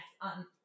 on